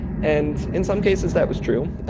and in some cases that was true,